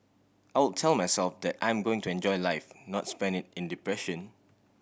I would tell myself that I'm going to enjoy life not spend it in depression